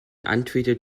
untreated